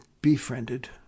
befriended